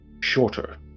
shorter